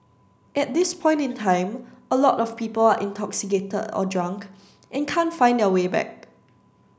at this point in time a lot of people are intoxicated or drunk and can't find their way back